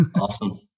Awesome